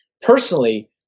personally